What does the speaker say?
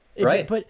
Right